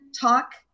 talk